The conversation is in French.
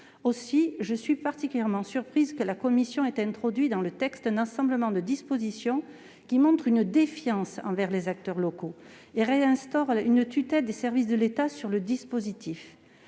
Aussi, je suis particulièrement surprise que la commission ait introduit dans le texte un assemblage de dispositions qui traduisent une défiance envers les acteurs locaux et réinstaurent une tutelle des services de l'État sur le dispositif.